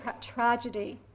tragedy